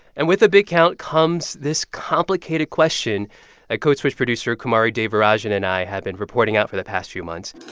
and with a big count comes this complicated question that ah code switch producer kumari devarajan and i have been reporting out for the past few months